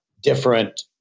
different